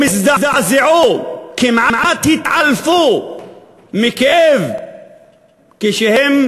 הם הזדעזעו, כמעט התעלפו מכאב כשהם